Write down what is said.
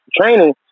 training